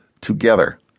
together